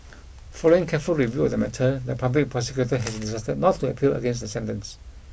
following careful review of the matter the public prosecutor has decided not to appeal against the sentence